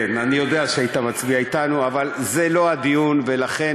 אני יודע שהיית מצביע אתנו, אבל זה לא הדיון, ולכן